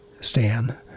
Stan